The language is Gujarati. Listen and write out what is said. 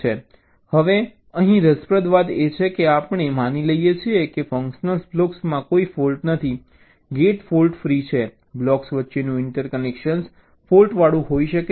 હવે અહીં રસપ્રદ વાત એ છે કે આપણે માની લઈએ છીએ કે ફંશનલ બ્લોક્સમાં કોઈ ફૉલ્ટ નથી ગેટ ફૉલ્ટ ફ્રી છે બ્લોક્સ વચ્ચેનું ઇન્ટરકનેક્શન ફૉલ્ટ વાળું હોઈ શકે છે